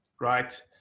right